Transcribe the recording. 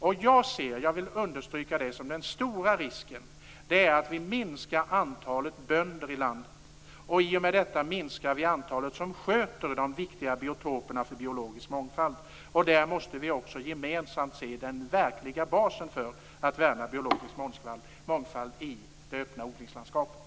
Det jag ser - jag vill understryka det - som den stora risken är att vi minskar antalet bönder i landet och i och med detta minskar antalet personer som sköter de viktiga biotoperna för biologisk mångfald. Vi måste gemensamt se den verkliga basen för värnandet av en biologisk mångfald i det öppna odlingslandskapet.